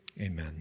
Amen